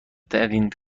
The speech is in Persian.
ترین